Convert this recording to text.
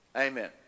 Amen